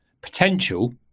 potential